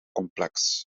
complex